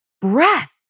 breath